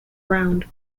round